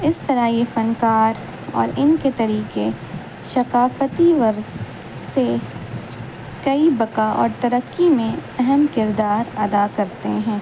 اس طرح یہ فنکار اور ان کے طریقے ثقافتی ورث سے کئی بقا اور ترقی میں اہم کردار ادا کرتے ہیں